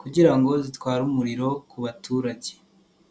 kugira ngo zitware umuriro ku baturage.